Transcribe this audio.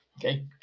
Okay